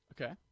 Okay